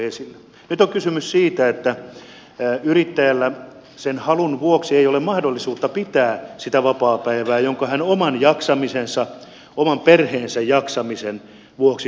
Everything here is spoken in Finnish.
nyt on kysymys siitä että yrittäjällä sen halun vuoksi ei ole mahdollisuutta pitää sitä vapaapäivää jonka hän oman jaksamisensa oman perheensä jaksamisen vuoksi haluaisi pitää